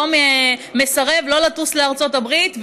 לא מסרב לטוס לארצות הברית,